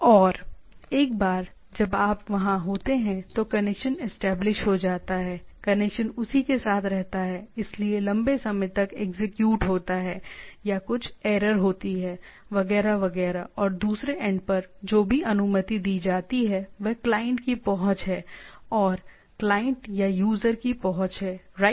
और एक बार जब आप वहां होते हैं तो कनेक्शन एस्टेब्लिश हो जाता है कनेक्शन उसी के साथ रहता है इसलिए लंबे समय तक एग्जीक्यूट होता है या कुछ एरर होती है वगैरह वगैरह और दूसरे एंड पर जो भी अनुमति दी जाती है वह क्लाइंट की पहुंच है या क्लाइंट या यूज़र की पहुंच है राइट